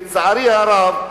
לצערי הרב,